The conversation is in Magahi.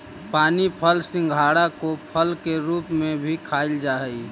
पानी फल सिंघाड़ा को फल के रूप में भी खाईल जा हई